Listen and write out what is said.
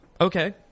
Okay